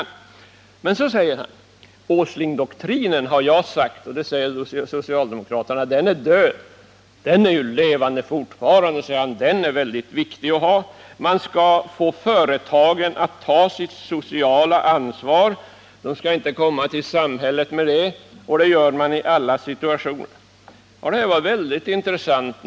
Nils Åsling fortsätter: Åslingdoktrinen är död, säger socialdemokraterna, men den är ju fortfarande levande — det är väldigt viktigt att ha den. Man skall få företagen att ta sitt sociala ansvar — de skall inte komma till samhället och be om hjälp. Företagen skall ta sitt sociala ansvar i alla situationer. Det där är väldigt intressant.